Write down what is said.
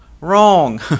Wrong